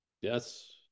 Yes